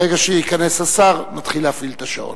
ברגע שייכנס השר נפעיל את השעון,